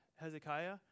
Hezekiah